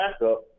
backup